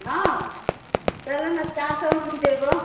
हम चलो ने चारि सए हम देबो